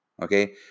Okay